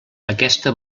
aquesta